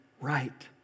right